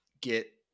get